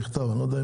פתרון